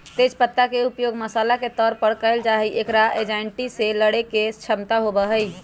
तेज पत्ता के उपयोग मसाला के तौर पर कइल जाहई, एकरा एंजायटी से लडड़े के क्षमता होबा हई